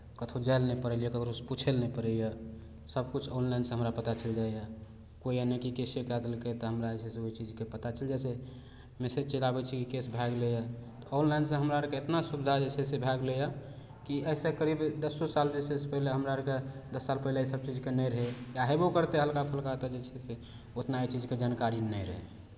कतहु जाय लए नहि पड़ैए ककरोसँ पूछय लए नहि पड़ैए सभकिछु ऑनलाइनसँ हमरा पता चलि जाइए कोइ यानिकि केसे कए देलकै तऽ हमरा जे छै से ओहि चीजके पता चलि जाइ छै मैसेज चलि आबै छै कि केस भए गेलैए ऑनलाइनसँ हमरा आरकेँ इतना सुविधा जे छै से भए गेलैए कि एहिसँ करीब दसो साल जे छै से पहिले हमरा आरकेँ दस साल पहिले एहिसभ चीजके नहि रहै या हेबो करतै हलका फुलका तऽ जे छै से उतना एहि चीजके जानकारी नहि रहै